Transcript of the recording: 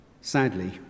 sadly